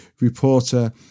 reporter